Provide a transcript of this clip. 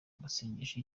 amasengesho